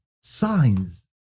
signs